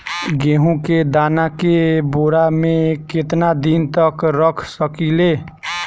गेहूं के दाना के बोरा में केतना दिन तक रख सकिले?